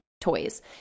toys